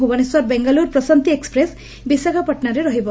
Bhubaneswar Bengaluru Prashanti express ବିଶାଖାପାଟଶାରେ ରହିବ